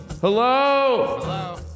Hello